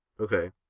Okay